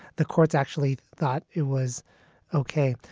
the courts actually thought it was ok.